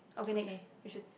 okay next we should